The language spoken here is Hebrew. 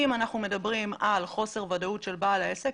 אם אנחנו מדברים על חוסר ודאות של בעל העסק,